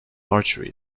archery